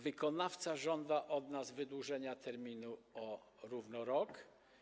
Wykonawca żąda od nas wydłużenia terminu równo o rok.